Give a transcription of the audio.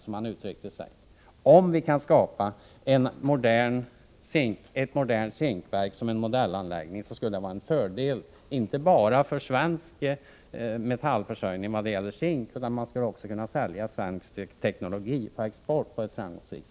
Om vi kan skapa ett modernt zinkverk som en modellanläggning, skulle det vara en fördel inte bara för svensk zinkförsörjning, utan vi skulle också framgångsrikt kunna sälja svensk teknik på export.